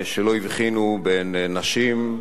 שלא הבחינו בין נשים,